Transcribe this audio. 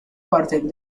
partir